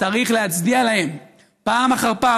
צריך להצדיע להם פעם אחר פעם,